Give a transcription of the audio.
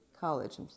College